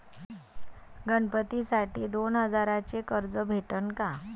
गणपतीसाठी दोन हजाराचे कर्ज भेटन का?